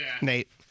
Nate